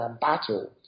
battle